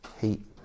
heat